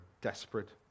desperate